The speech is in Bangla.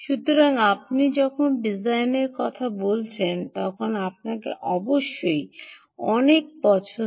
সুতরাং আপনি যখন ডিজাইনের কথা বলছেন তখন আপনার অবশ্যই অনেক পছন্দ